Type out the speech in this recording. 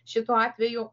šituo atveju